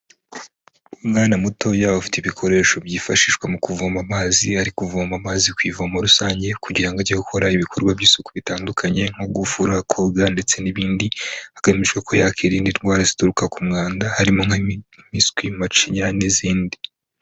Umwana mutoya ufite ibikoresho byifashishwa mu kuvoma amazi ari kuvoma amazi kuvomo rusange kugira ngo ajye gukora ibikorwa by'isuku bitandukanye nko gufura , koga ndetse n'ibindi hagamijwe ko yakwirinda indwara zituruka ku mwanda harimo nkimpiswi, macinya n'izindi.